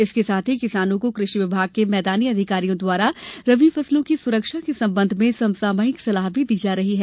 इसके साथ ही किसानों को कृषि विभाग के मैदानी अधिकारियों द्वारा रबी फसलों की सुरक्षा के संबंध में सम सामयिक सलाह भी दी जा रही है